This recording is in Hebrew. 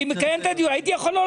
מתנצל, אדוני.